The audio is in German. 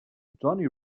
johnny